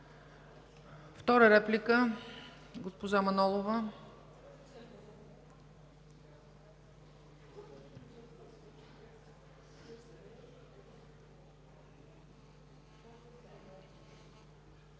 Втора реплика – госпожа Манолова.